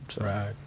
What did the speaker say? Right